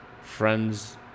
Friends